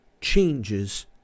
changes